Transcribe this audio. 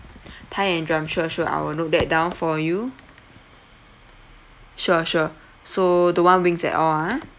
thigh and drums sure sure I will note that down for you sure sure so don't want wings at all ah